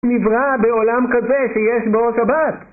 נבראה בעולם כזה שיש בו שבת!